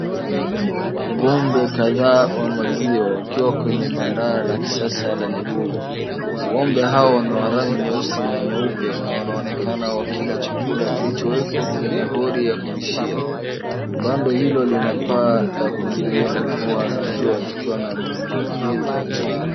Ng'ombe kadhaa wa maziwa wakiwa kwenye banda la kisasa la miguo. Ng'ombe hao ni wa rangi nyeusi na nyeupe na wanaonekana wakila chakula kilichowekwa kwenye hodi ya kulishia. Bando hilo lina paa ya kuzuia mvua na jua likiwa na miundombinu ya chuma.